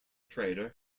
trader